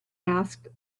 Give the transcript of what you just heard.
asked